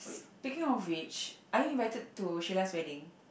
thinking of which are you invited to Sheila's wedding